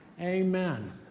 Amen